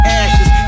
ashes